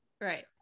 right